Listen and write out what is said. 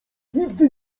nigdy